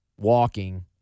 walking